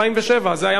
זה היה מסכם את הכול.